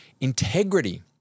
integrity